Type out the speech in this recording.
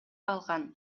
алган